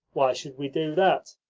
why should we do that?